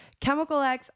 CHEMICALX